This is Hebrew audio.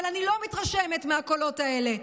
אבל אני לא מתרשמת מהקולות האלה,